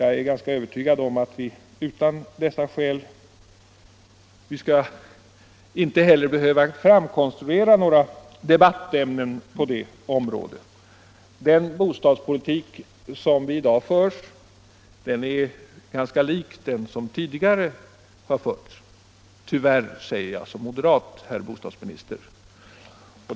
Jag är ganska övertygad om att vi också utan dessa skäl inte skall behöva konstruera några debattämnen på detta område. Den bostadspolitik som i dag förs är rätt lika den som tidigare har förts — tyvärr, herr bostadsminister.